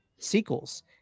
Sequels